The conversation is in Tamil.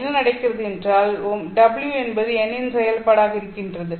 என்ன நடக்கிறது என்றால் w என்பது n இன் செயல்பாடாக இருக்கின்றது